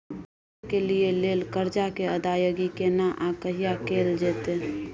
पढै के लिए लेल कर्जा के अदायगी केना आ कहिया कैल जेतै?